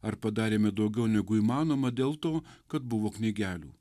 ar padarėme daugiau negu įmanoma dėl to kad buvo knygelių